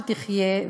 שתחיה,